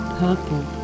purple